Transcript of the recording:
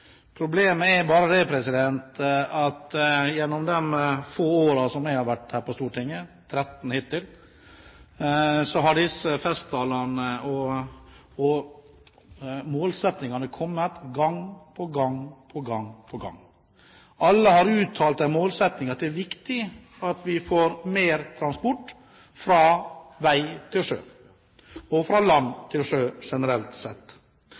Problemet er bare det at gjennom de få årene jeg har vært her på Stortinget – 13 hittil – så har disse festtalene og målsettingene kommet gang på gang. Alle har uttalte målsettinger om at det er viktig at vi får mer transport fra vei til sjø, og fra land til sjø generelt sett.